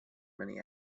many